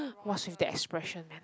what's with the expression man